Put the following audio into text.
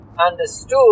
understood